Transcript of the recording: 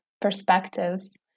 perspectives